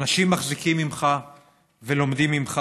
אנשים מחזיקים ממך ולומדים ממך,